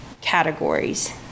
categories